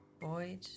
Void